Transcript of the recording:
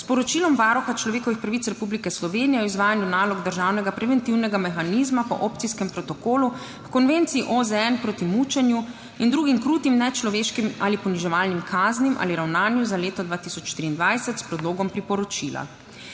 Republike Slovenije o izvajanju nalog državnega preventivnega mehanizma po Opcijskem protokolu h Konvenciji OZN proti mučenju in drugim krutim, nečloveškim ali poniževalnim kaznim ali ravnanju za leto 2023, s Predlogom priporočila.